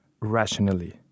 rationally